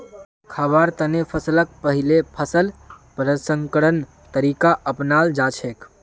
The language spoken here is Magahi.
खाबार तने फसलक पहिले फसल प्रसंस्करण तरीका अपनाल जाछेक